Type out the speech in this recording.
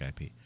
IP